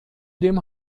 dem